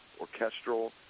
orchestral